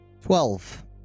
Twelve